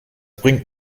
bringt